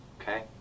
okay